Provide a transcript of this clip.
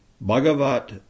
Bhagavat